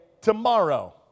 tomorrow